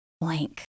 blank